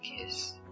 kiss